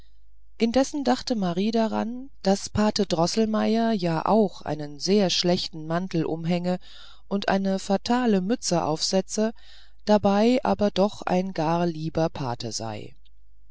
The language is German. indessen dachte marie daran daß pate droßelmeier ja auch einen sehr schlechten matin umhänge und eine fatale mütze aufsetze dabei aber doch ein gar lieber pate sei